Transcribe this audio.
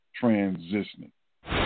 transitioning